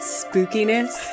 spookiness